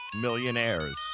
millionaires